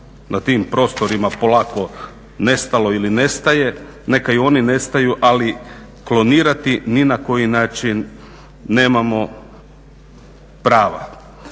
na tim prostorima polako nestalo ili nestaje, neka i oni nestaju, ali klonirati ni na koji način nemamo prava.